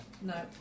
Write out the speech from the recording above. No